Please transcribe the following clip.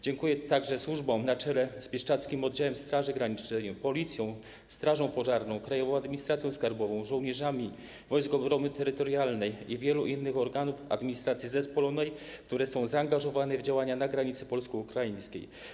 Dziękuję także służbom, na czele z bieszczadzkim oddziałem Straży Granicznej, Policją, Państwową Strażą Pożarną, Krajową Administracją Skarbową, żołnierzami Wojsk Obrony Terytorialnej, i wielu innym organom administracji zespolonej, które są zaangażowane w działania na granicy polsko-ukraińskiej.